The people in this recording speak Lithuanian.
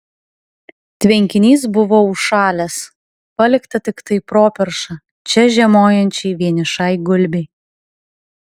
tvenkinys buvo užšalęs palikta tiktai properša čia žiemojančiai vienišai gulbei